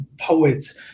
poets